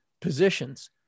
positions